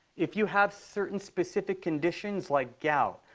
if you have certain specific conditions, like gout,